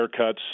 haircuts